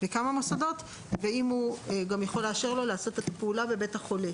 בכמה מוסדות; ואם הוא יכול לאשר לו לעשות את הפעולה בבית החולה.